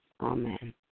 Amen